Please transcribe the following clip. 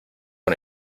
una